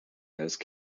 those